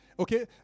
Okay